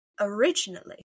originally